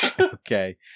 okay